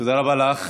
תודה רבה לך.